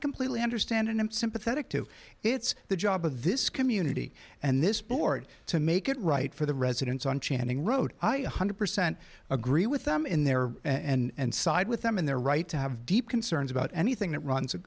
completely understand and i'm sympathetic to it's the job of this community and this board to make it right for the residents on channing road i one hundred percent agree with them in there and side with them in their right to have deep concerns about anything that runs